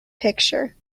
picture